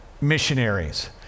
missionaries